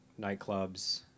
nightclubs